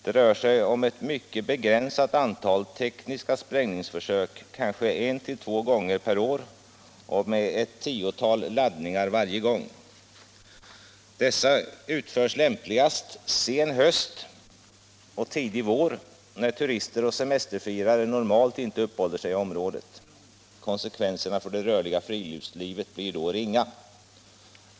Det rör sig om ett mycket begränsat antal tekniska sprängningsförsök, kanske en till två gånger per år och med ett tiotal laddningar varje gång. Dessa försök utförs lämpligast sen höst och tidig vår, när turister och semesterfirare normalt inte uppehåller sig i området. Konsekvenserna för det rörliga friluftslivet blir då ringa.